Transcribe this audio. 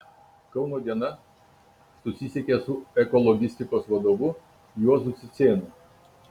kauno diena susisiekė su ekologistikos vadovu juozu cicėnu